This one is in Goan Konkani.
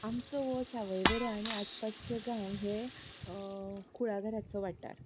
आमचो हो सावयवेरें आनी आसपासचे गांव हे कुळागराचो वाठार